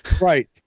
Right